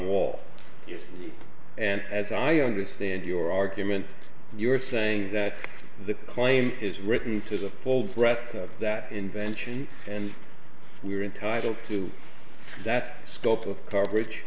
wall and as i understand your argument you're saying that the claim is written to the fold breath that invention and we are entitled to that scope of coverage